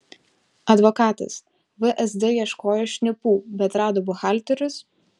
advokatas vsd ieškojo šnipų bet rado buhalterius